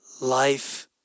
life